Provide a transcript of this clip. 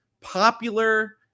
popular